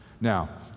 Now